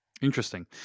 Interesting